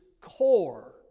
core